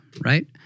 right